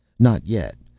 not yet,